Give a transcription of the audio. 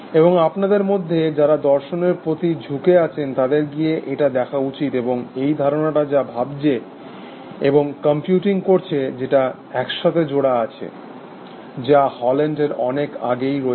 এবং আপনাদের মধ্যে যারা দর্শনের প্রতি ঝুঁকে আছেন তাদের গিয়ে এটা দেখা উচিত এবং এই ধারণাটা যা ভাবছে এবং কম্পিউটিং করছে সেটা একসাথে জোড়া আছে যা হজল্যান্ডের অনেক আগেই হয়েছে